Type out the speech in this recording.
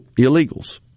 illegals